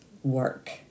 work